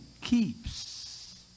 keeps